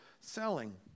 selling